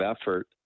effort